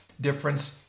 difference